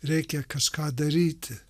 reikia kažką daryti